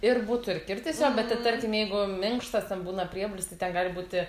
ir būtų ir kirtis jo bet tai tarkim jeigu minkštas ten būna priebalsi ten gali būti